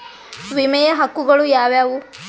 ವಿಮೆಯ ಹಕ್ಕುಗಳು ಯಾವ್ಯಾವು?